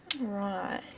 Right